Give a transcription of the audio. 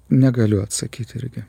negaliu atsakyti irgi